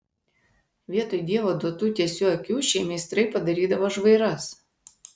vietoj dievo duotų tiesių akių šie meistrai padarydavo žvairas